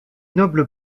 nobles